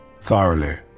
thoroughly